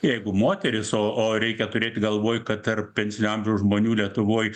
jeigu moteris o o reikia turėt galvoj kad tarp pensinio amžiaus žmonių lietuvoj